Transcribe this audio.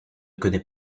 connait